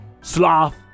sloth